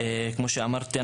כמו שאמרתי,